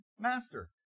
master